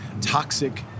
toxic